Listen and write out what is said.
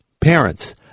parents